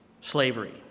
slavery